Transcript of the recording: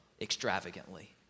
extravagantly